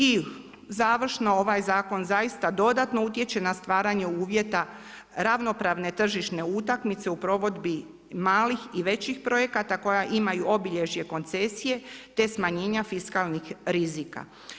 I završno, ovaj zakon zaista dodatno utječe na stvaranje uvjeta ravnopravne tržišne utakmice u provedbi malih i većih projekata koja imaju obilježje koncesije te smanjenja fiskalnih rizika.